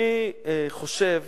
אני חושב